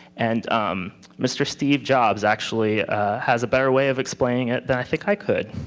and um mr. steve jobs actually has a better way of explaining it than i think i could.